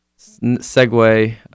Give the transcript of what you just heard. segue